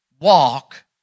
walk